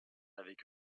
avec